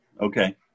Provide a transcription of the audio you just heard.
Okay